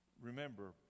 Remember